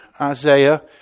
Isaiah